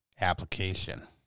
application